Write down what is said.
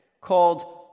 called